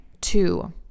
Two